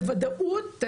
בוודאות,